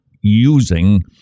using